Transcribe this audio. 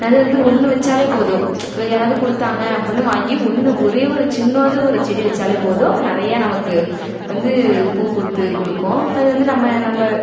அது வந்து ஒன்று வெச்சாலே போதும் யாராவது கொடுத்தாங்க அப்படின்னு வாங்கி ஒன்று ஒரே ஒரு சின்னதாக ஒரு செடி வெச்சாலே போதும் அது நிறைய நமக்கு வந்து பூ பூத்து கொடுக்கும் அது வந்து நம்ம நம்ம